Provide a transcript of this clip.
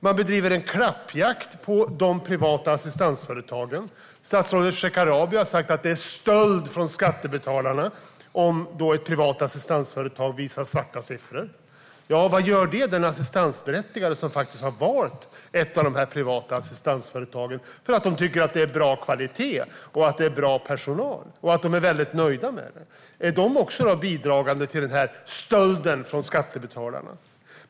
Man bedriver klappjakt på de privata assistansföretagen. Statsrådet Shekarabi sa att det är stöld från skattebetalarna om ett privat assistansföretag visar svarta siffror. Ja, men vad gör det för de assistansberättigade som har valt ett av de privata assistansföretagen därför att de tycker att det är bra kvalitet och bra personal och är väldigt nöjda med det? Är de också med och bidrar till stölden från skattebetalarna?